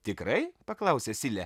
tikrai paklausė silė